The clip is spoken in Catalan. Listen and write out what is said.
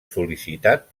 sol·licitat